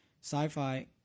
sci-fi